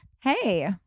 hey